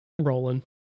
rolling